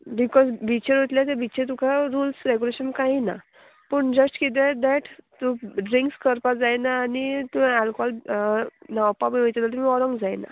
because बिचीर वयतले ते बिचीर तुका रुल्स रेगुलेशन कांय ना पूण जस्ट किते दॅट तूं ड्रिंक्स करपाक जायना आनी तुवें एलकोहोल न्हांवपा बी वयता जाल्यार तुमी व्होरोंक जायना